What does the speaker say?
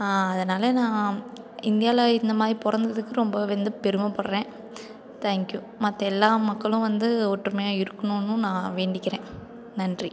அதனால் நான் இந்தியாவில் இந்த மாதிரி பிறந்ததுக்கு ரொம்பவே வந்து பெருமைப்பட்றேன் தேங்க்யூ மற்ற எல்லா மக்களும் வந்து ஒற்றுமையாக இருக்கணும்னும் நான் வேண்டிக்கிறேன் நன்றி